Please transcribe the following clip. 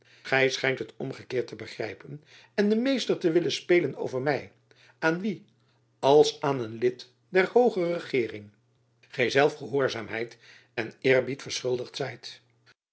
gy schijnt het omgekeerd te begrijpen en den meester te willen spelen over my aan wien als aan een lid der hooge regeering gy zelf gehoorzaamheid en eerbied verschuldigd zijt